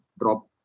drop